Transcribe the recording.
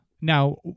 Now